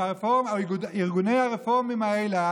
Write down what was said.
שארגוני הרפורמים האלה,